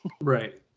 Right